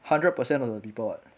hundred percent of the people [what]